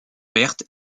pertes